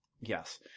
Yes